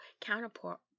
counterpart